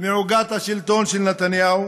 מעוגת השלטון של נתניהו?